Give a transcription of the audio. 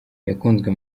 yakunzwe